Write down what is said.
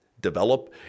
develop